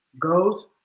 goes